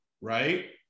right